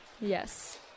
Yes